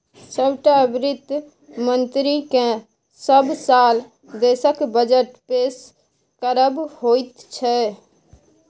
सभटा वित्त मन्त्रीकेँ सभ साल देशक बजट पेश करब होइत छै